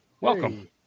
welcome